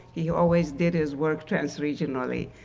he always did his work transregionally,